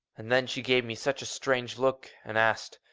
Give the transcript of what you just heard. and then she gave me such a strange look, and asked,